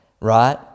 Right